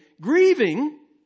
grieving